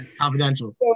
Confidential